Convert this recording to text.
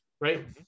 right